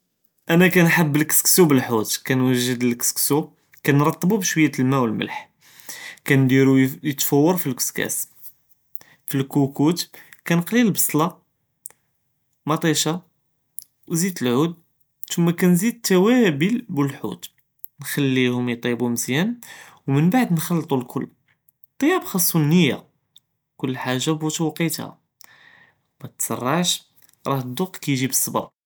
אנא כנחבּ לכּסכּסו בּלחוּת، כנוג׳ד לכּסכּסו כנרטבו בשוִיָה אלמא ואלמֶלח، כנדירו יתפוּר פלאכסכּאס، פלאכּוקוט נקּלי לבּצְלָה, מטִישָה וזית לעוּד، תם מנזידש תוָאבּל ואלחוּת، נכלִיהום יטיבּו מזְיַאן، ומנבּעדה נְכּלטו לכל، אטְטיַאבּ ח׳סו נִיָה، כל חָאגָה בּוָאש ווקיתה، מתְסרְעש ראה דוּקּ יג׳י בּצַבְּר.